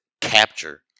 capture